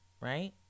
right